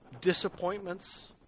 disappointments